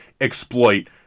exploit